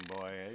boy